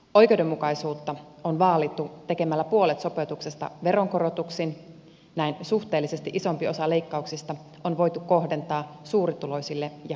oikeudenmukaisuutta on vaalittu tekemällä puolet sopeutuksesta veronkorotuksin näin suhteellisesti isompi osa leikkauksista on voitu kohdentaa suurituloisille ja hyväosaisille